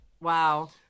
Wow